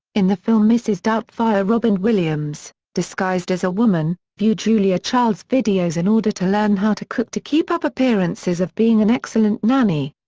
in the film mrs. doubtfire robin williams, disguised as a woman, viewed julia child's videos in order to learn how to cook to keep up appearances of being an excellent nanny.